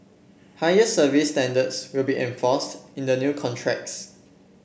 higher service standards will be enforced in the new contracts